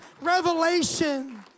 revelation